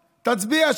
תצביע.